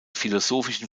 philosophischen